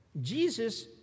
Jesus